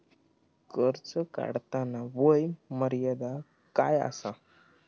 कर्ज काढताना वय मर्यादा काय आसा?